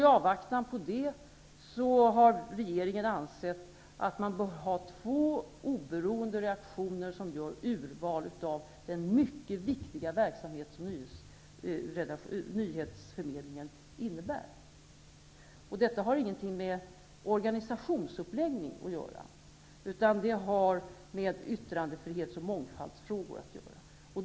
I avvaktan på detta har regeringen ansett att man bör ha två oberoende redaktioner som gör urval, inom den mycket viktiga verksamhet som nyhetsförmedlingen innebär. Detta har ingenting med organisationsuppläggning att göra, utan det har att göra med yttrandefrihet och mångfald.